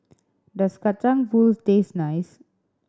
does Kacang Pool taste nice